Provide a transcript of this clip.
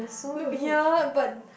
not here but